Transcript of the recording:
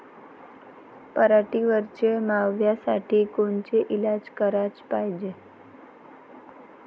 पराटीवरच्या माव्यासाठी कोनचे इलाज कराच पायजे?